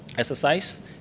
exercise